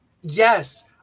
Yes